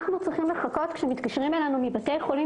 אנו צריכים לחכות כשמתקשרים אלינו מבתי חולים